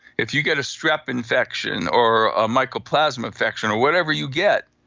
if you get a strep infection or a mycoplasmal infection or whatever you get,